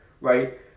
right